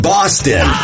Boston